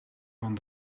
van